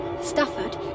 Stafford